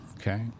okay